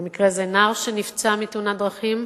במקרה זה נער שנפצע בתאונת דרכים,